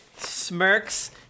Smirks